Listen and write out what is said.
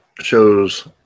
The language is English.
shows